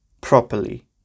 properly